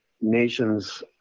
nations